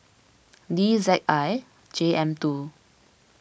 D Z I J M two